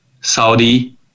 Saudi